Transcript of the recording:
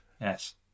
yes